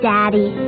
Daddy